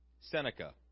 Seneca